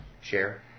share